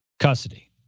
Custody